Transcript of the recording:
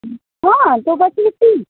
હા તો પછી શું